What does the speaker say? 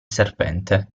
serpente